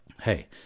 hey